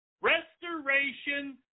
restoration